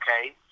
okay